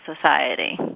Society